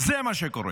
זה מה שקורה.